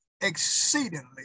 exceedingly